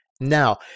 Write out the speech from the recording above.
now